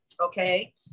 Okay